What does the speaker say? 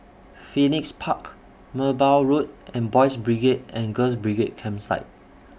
Phoenix Park Merbau Road and Boys' Brigade and Girls' Brigade Campsite